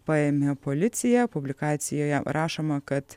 paėmė policija publikacijoje rašoma kad